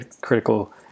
critical